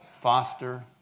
foster